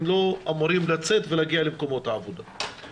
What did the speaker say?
הם לא אמורים לצאת ולהגיע למקומות העבודה.